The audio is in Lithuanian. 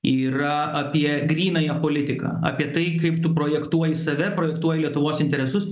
yra apie grynąją politiką apie tai kaip tu projektuoji save projektuoji lietuvos interesus